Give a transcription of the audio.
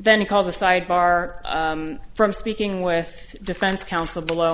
then called a sidebar from speaking with defense counsel below